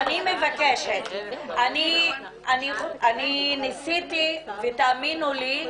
--- אני ניסיתי, ותאמינו לי,